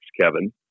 Kevin